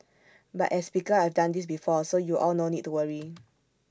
but as speaker I've done this before so you all no need to worry